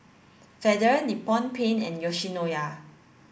Feather Nippon Paint and Yoshinoya